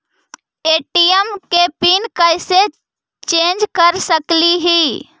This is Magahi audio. ए.टी.एम के पिन कैसे चेंज कर सकली ही?